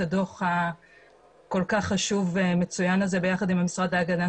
הדוח הכול כך חשוב והמצוין הזה ביחד עם המשרד להגנת